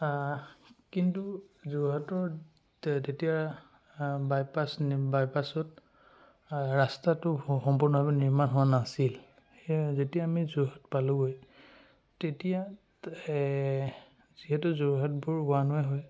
কিন্তু যোৰহাটত ত তেতিয়া বাইপাছ নি বাইপাছত ৰাস্তাটো সম্পূৰ্ণভাৱে নিৰ্মাণ হোৱা নাছিল সেয়ে যেতিয়া আমি যোৰহাট পালোঁগৈ তেতিয়া যিহেতু যোৰহাটবোৰ ওৱান ৱে' হয়